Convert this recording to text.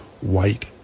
White